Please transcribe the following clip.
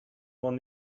won